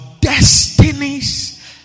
destinies